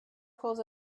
close